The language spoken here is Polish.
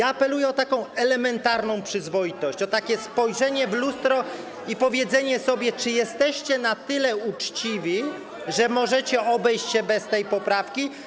Apeluję o elementarną przyzwoitość, o takie spojrzenie w lustro i odpowiedzenie sobie, czy jesteście na tyle uczciwi, że możecie obejść się bez tej poprawki.